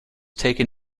taken